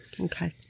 Okay